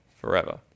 forever